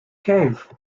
cave